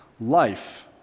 Life